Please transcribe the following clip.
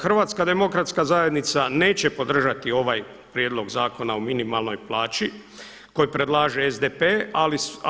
Hrvatska demokratska zajednica neće podržati ovaj Prijedlog zakona o minimalnoj plaći koji predlaže SDP-e.